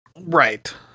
Right